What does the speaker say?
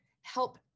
help